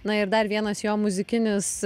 na ir dar vienas jo muzikinis